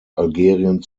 algerien